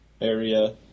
area